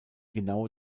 genaue